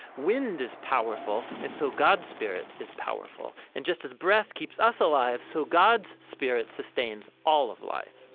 wind is powerful, and so god's spirit is powerful. and just as breath keeps us alive so god's spirit sustains all of life.